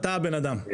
אתה הבן-אדם...